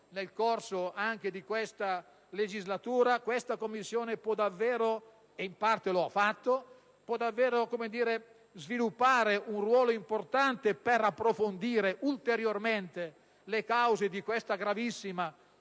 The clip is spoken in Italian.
nel corso di questa legislatura, tale Commissione può davvero, e in parte lo ha fatto, rivestire un ruolo importante per approfondire ulteriormente le cause di questa gravissima piaga